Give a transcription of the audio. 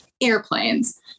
airplanes